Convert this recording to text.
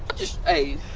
just, hey.